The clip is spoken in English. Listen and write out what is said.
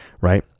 Right